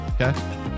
Okay